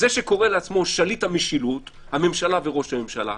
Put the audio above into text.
אז זה שקורא לעצמו שליט המשילות - הממשלה וראש הממשלה,